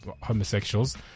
homosexuals